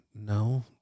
No